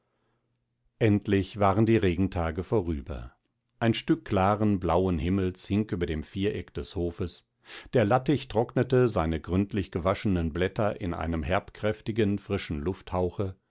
endlich waren die regentage vorüber ein stück klaren blauen himmels hing über dem viereck des hofes der lattich trocknete seine gründlich gewaschenen blätter in einem herbkräftigen frischen